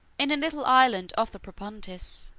in a little island of the propontis,